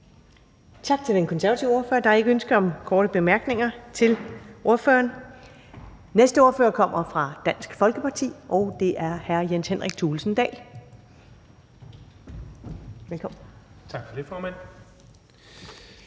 Tak til den konservative ordfører. Der er ikke ønske om korte bemærkninger til ordføreren. Næste ordfører kommer fra Dansk Folkeparti, og det er hr. Jens Henrik Thulesen Dahl. Velkommen. Kl. 15:55 (Ordfører)